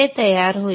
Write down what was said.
ते तयार होईल